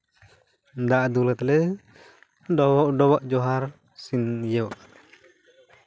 ᱫᱟᱜ ᱫᱩᱞᱟᱛᱮ ᱞᱮ ᱰᱚᱵᱚᱜ ᱰᱚᱵᱚᱜ ᱡᱚᱦᱟᱨ ᱥᱤᱱ ᱤᱭᱟᱹᱣᱟᱜᱼᱟ